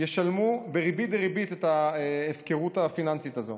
נשלם בריבית דריבית על ההפקרות הפיננסית הזאת.